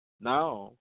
now